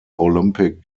olympic